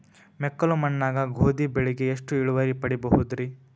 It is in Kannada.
ಮೆಕ್ಕಲು ಮಣ್ಣಾಗ ಗೋಧಿ ಬೆಳಿಗೆ ಎಷ್ಟ ಇಳುವರಿ ಪಡಿಬಹುದ್ರಿ?